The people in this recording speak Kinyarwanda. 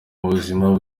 buzima